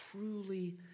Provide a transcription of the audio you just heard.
truly